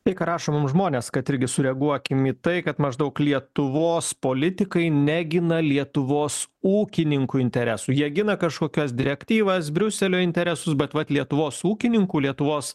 tai ką rašo mum žmonės kad irgi sureaguokim į tai kad maždaug lietuvos politikai negina lietuvos ūkininkų interesų jie gina kažkokias direktyvas briuselio interesus bet vat lietuvos ūkininkų lietuvos